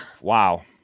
Wow